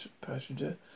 passenger